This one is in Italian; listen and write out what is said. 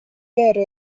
vero